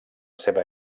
seva